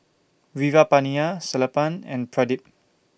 Veerapandiya Sellapan and Pradip